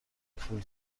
پول